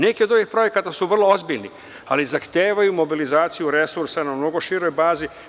Neki od ovih projekata su vrlo ozbiljni, ali zahtevaju mobilizaciju resursa na mnogo široj bazi.